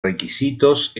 requisitos